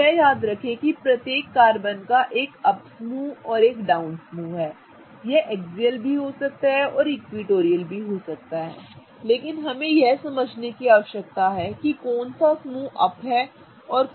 अब यह याद रखें कि प्रत्येक कार्बन का एक अप समूह और एक डाउन समूह है यह एक्सियल हो सकता है यह इक्विटोरियल हो सकता है लेकिन हमें यह समझने की आवश्यकता है कि कौन सा समूह अप है और कौन सा डाउन ग्रुप है